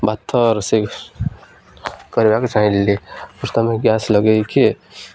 ଭାତ ରୋଷେଇ କରିବାକୁ ଚାହିଁଲି ପ୍ରଥମେ ଗ୍ୟାସ୍ ଲଗେଇକି